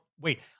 wait